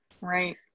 Right